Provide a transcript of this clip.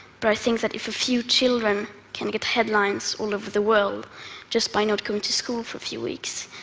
but i think that if a few children can get headlines all over the world just by not coming to school for a few weeks,